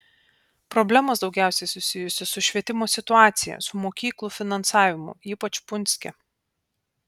problemos daugiausiai susijusios su švietimo situacija su mokyklų finansavimu ypač punske